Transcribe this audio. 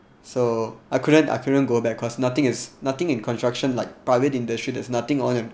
so I couldn't I couldn't go back cause nothing is nothing in construction like private industry there's nothing on